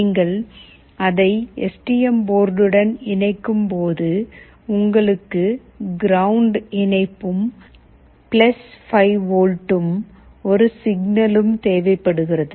நீங்கள் அதை S T M போர்டுடன் இணைக்கும்போது உங்களுக்கு கிரவுண்ட் இணைப்பும் 5வி வும் ஒரு சிக்னலும் தேவைப்படுகிறது